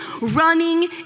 running